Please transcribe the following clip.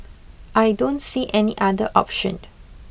I don't see any other option